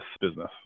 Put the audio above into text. business